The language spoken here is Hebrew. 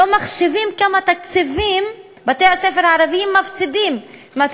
לא מחשיבים כמה תקציבים בתי-הספר הערביים מפסידים מכך